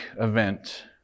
event